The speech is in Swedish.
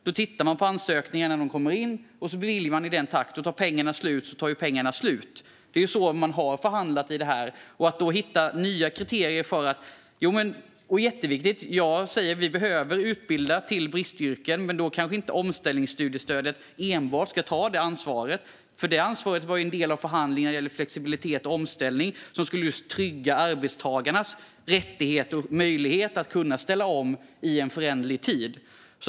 Då tittar man på ansökningarna när de kommer in, och så beviljar man i tur och ordning. Tar pengarna slut så är de slut. Det är på detta sätt man har förhandlat i detta. Det är jätteviktigt att vi utbildar till bristyrken, men då kanske inte enbart omställningsstudiestödet ska ta det ansvaret. Det ansvaret var ju en del av förhandlingen när det gäller flexibilitet och omställning som skulle just trygga arbetstagarnas rättigheter och möjlighet att ställa om i en föränderlig tid.